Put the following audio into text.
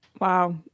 Wow